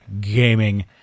gaming